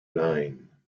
nine